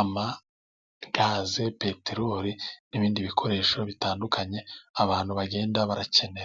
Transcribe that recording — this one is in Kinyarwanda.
amagaze, peterori, n'ibindi bikoresho bitandukanye abantu bagenda barakenera.